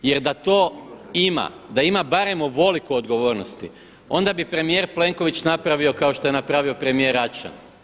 Jer da to ima, da ima barem ovoliko odgovornosti, onda bi premijer Plenković napravio kao što je napravio premijer Račan.